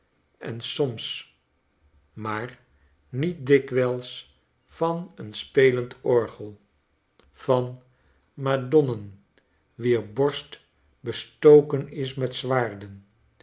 en soms maar niet dikwijls van een spelend orgel van madonnen wier borst bestoken is met zwaarden